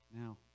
Now